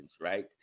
right